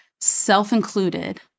self-included